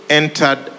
entered